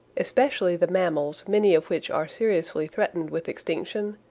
especially the mammals many of which are seriously threatened with extinction,